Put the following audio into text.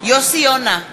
יוסי יונה,